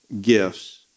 gifts